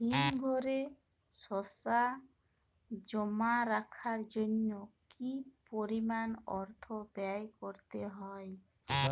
হিমঘরে শসা জমা রাখার জন্য কি পরিমাণ অর্থ ব্যয় করতে হয়?